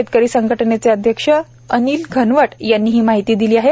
शेतकरी संघटनेचे अध्यक्ष अनिल घनवट यांनी ही माहिती दिली आहे